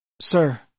Sir